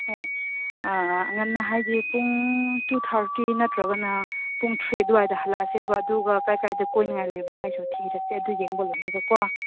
ꯍꯣꯏ ꯉꯟꯅ ꯍꯥꯏꯗꯤ ꯄꯨꯡ ꯇꯨ ꯊꯥꯔꯇꯤ ꯅꯠꯇ꯭ꯔꯒꯅ ꯄꯨꯡ ꯊ꯭ꯔꯤ ꯑꯗꯨꯋꯥꯏꯗ ꯍꯜꯂꯛꯑꯁꯦꯕ ꯑꯗꯨꯒ ꯀꯔꯥꯏ ꯀꯔꯥꯏꯗ ꯀꯣꯏꯅꯤꯡꯉꯥꯏ ꯂꯩꯕ꯭ꯔꯥ ꯍꯥꯏꯁꯨ ꯊꯤꯔꯁꯦ ꯑꯗꯨ ꯌꯦꯡꯕ ꯂꯣꯏꯔꯒꯀꯣ